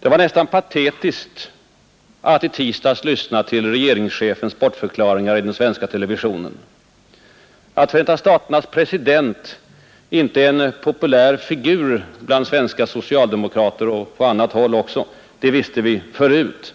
Det var nästan patetiskt att i tisdags lyssna till regeringschefens bortförklaringar i den svenska televisionen. Att Förenta staternas president inte är en populär figur bland svenska socialdemokrater — och på annat håll också — det visste vi förut.